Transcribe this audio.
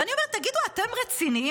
ואני אומרת, תגידו, אתם רציניים?